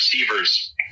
receivers